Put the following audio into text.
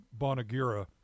Bonagura